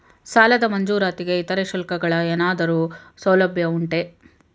ಸಾಲದ ಮಂಜೂರಾತಿಗೆ ಇತರೆ ಶುಲ್ಕಗಳ ಏನಾದರೂ ಸೌಲಭ್ಯ ಉಂಟೆ?